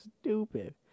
stupid